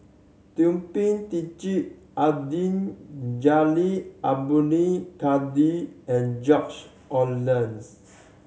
Thum Ping Tjin Abdul Jalil Abdul Kadir and George Oehlers